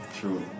True